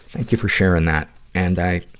thank you for sharing that. and i,